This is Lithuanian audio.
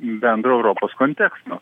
bendro europos konteksto